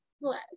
Bless